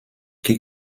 qui